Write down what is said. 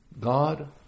God